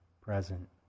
present